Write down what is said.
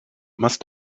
must